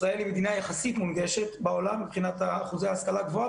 ישראל היא מדינה יחסית מונגשת מבחינת אחוזי ההשכלה הגבוהה,